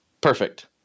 Perfect